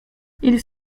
ils